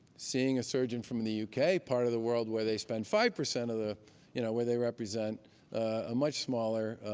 seeing a surgeon from the yeah uk, part of the world where they spend five percent of the you know where they represent a much smaller